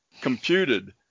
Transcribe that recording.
computed